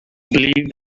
believe